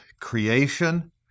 creation